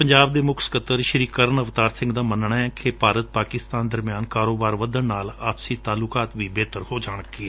ਪੰਜਾਬ ਦੇ ਮੁੱਖ ਸਕੱਤਰ ਕਰਨ ਅਵਤਾਰ ਸਿੰਘ ਦਾ ਮਨਣਾ ਏ ਕਿ ਭਾਰਤ ਪਾਕਿਸਤਾਨ ਦਰਮਿਆਨ ਕਾਰੋਬਾਰ ਵੱਧਣ ਨਾਲ ਆਪਸੀ ਤਾਲੁਕਾਤ ਵੀ ਬੇਹਤਰ ਹੋ ਜਾਣਗੇ